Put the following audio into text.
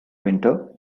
winter